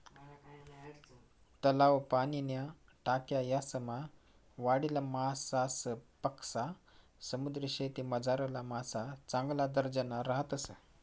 तलाव, पाणीन्या टाक्या यासमा वाढेल मासासपक्सा समुद्रीशेतीमझारला मासा चांगला दर्जाना राहतस